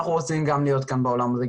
אנחנו רוצים להיות בעולם הזה,